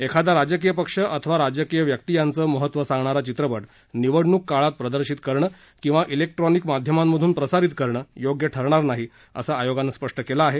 एखादा राजकीय पक्ष अथवा राजकीय व्यक्ती त्यांचं महत्त्व सांगणारा चित्रपट निवडणूक काळात प्रदर्शित करणं किंवा ा ज्ञेक्ट्रॉनिक माध्यमांमधून प्रसारित करणं योग्य ठरणार नाही असं आयोगानं म्हटलं आहे